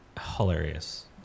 Hilarious